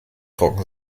trocken